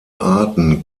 arten